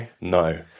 No